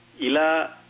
ila